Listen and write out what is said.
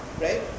right